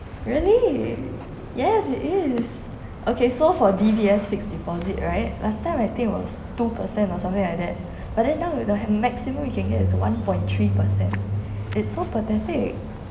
really yes it is okay so for D_B_S fixed deposit right last time I think it was two percent or something like that but then now you don't have maximum you can get is one point three percent it's so pathetic